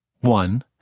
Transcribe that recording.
One